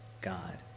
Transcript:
God